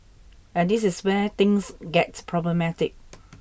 and this is where things get problematic